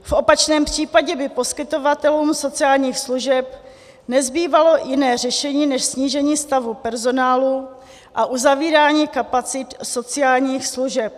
V opačném případě by poskytovatelům sociálních služeb nezbývalo jiné řešení než snížení stavu personálu a uzavírání kapacit sociálních služeb.